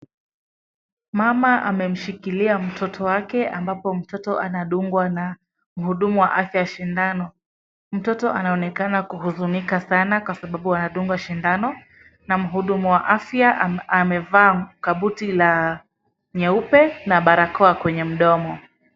Mama amemshikilia mtoto wake ambapo mtoto anadungwa na muhudumu wa afya wa sindano, mtoto anaonekana kuhuzunika sana kwa sababu anadungwa shindano, na mhudumu wa afya amevaa kabuti la nyeupe na barakoa kwenye mdomo.